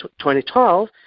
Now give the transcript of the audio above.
2012